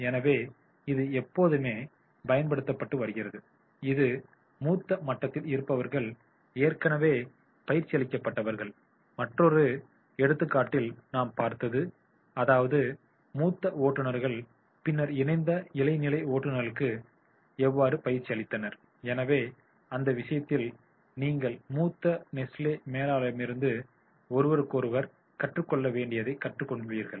எனவே இது எப்போதுமே பயன்படுத்தப்பட்டு வருகிறது இது மூத்த மட்டத்தில் இருப்பவர்கள் ஏற்கனவே பயிற்சியளிக்கப்பட்டவர்கள் மற்றொரு எடுத்துக்காட்டில் நாம் பார்த்தது அதாவது மூத்த ஓட்டுநர்கள் பின்னர் இணைந்த இளநிலை ஓட்டுநர்களுக்கு எவ்வாறு பயிற்சி அளித்தனர் எனவே அந்த விஷயத்தில் நீங்கள் மூத்த நெஸ்லே மேலாளர்களிடமிருந்தும் ஒருவருக்கொருவர் கற்றுக்கொள்ள வேண்டியதைக் கற்றுக்கொள்வீர்கள்